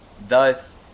thus